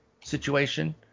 situation